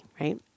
right